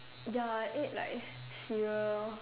ya I ate like cereal